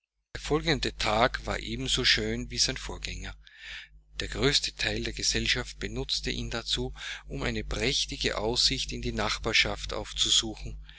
folgende tag war ebenso schön wie sein vorgänger der größte teil der gesellschaft benutzte ihn dazu um eine prächtige aussicht in der nachbarschaft aufzusuchen